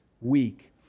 week